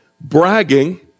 bragging